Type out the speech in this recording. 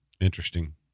Interesting